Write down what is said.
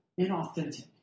inauthentic